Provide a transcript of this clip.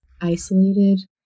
isolated